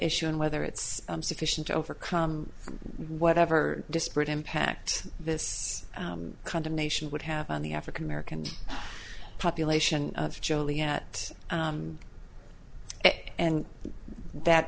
issue and whether it's sufficient to overcome whatever disparate impact this condemnation would have on the african american population of joliet and that